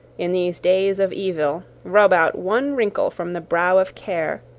in these days of evil, rub out one wrinkle from the brow of care,